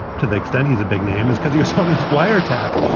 to the extent he's a big name is because he was on this wiretap.